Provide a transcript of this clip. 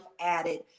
added